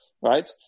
right